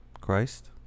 Christ